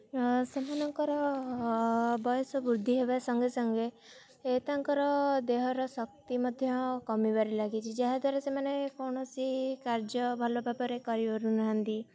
ସେମାନଙ୍କର ବୟସ ବୃଦ୍ଧି ହେବା ସଙ୍ଗେ ସଙ୍ଗେ ସେ ତାଙ୍କର ଦେହର ଶକ୍ତି ମଧ୍ୟ କମିବାରେ ଲାଗିଛି ଯାହା ଦ୍ୱାରା ସେମାନେ କୌଣସି କାର୍ଯ୍ୟ ଭଲ ଭାବରେ କରିପାରୁନାହାନ୍ତି